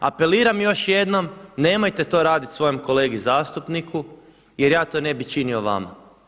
Apeliram još jednom, nemojte to raditi svojem kolegi zastupniku jer ja to ne bih činio vama.